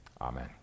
amen